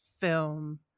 film